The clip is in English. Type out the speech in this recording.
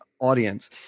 audience